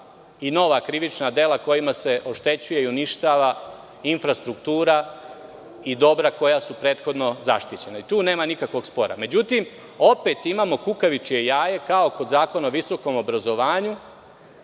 i nova krivična dela kojima se oštećuje i uništava infrastruktura i dobra koja su prethodno zaštićena. Tu nema nikakvog spora.Međutim, opet imamo kukavičije jaje, kao kod Zakona o visokom obrazovanju,